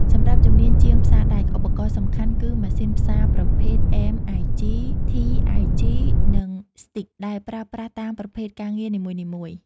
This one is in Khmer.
សម្រាប់ជំនាញ ជាងផ្សារដែក ឧបករណ៍សំខាន់គឺ ម៉ាស៊ីនផ្សារប្រភេទ MIG, TIG និង Stick ដែលប្រើប្រាស់តាមប្រភេទការងារនីមួយៗ។